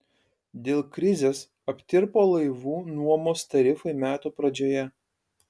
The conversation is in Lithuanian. dėl krizės aptirpo laivų nuomos tarifai metų pradžioje